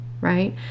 right